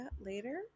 later